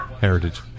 heritage